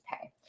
pay